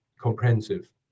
comprehensive